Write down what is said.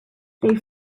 their